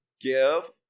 give